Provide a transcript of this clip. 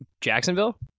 Jacksonville